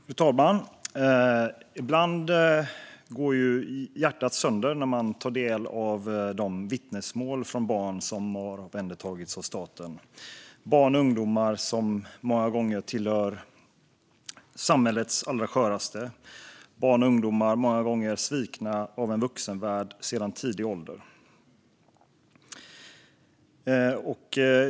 Fru talman! Ibland går hjärtat sönder när man tar del av de vittnesmål från barn som har omhändertagits av staten. Det handlar om barn och ungdomar som ofta hör till samhällets allra sköraste och som många gånger sedan tidig ålder har blivit svikna av vuxenvärlden.